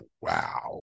Wow